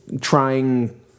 trying